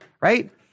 right